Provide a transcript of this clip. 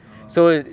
eh